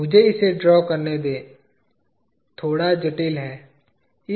मुझे इसे ड्रा करने दे थोड़ा जटिल है